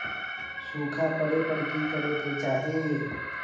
सूखा पड़े पर की करे के चाहि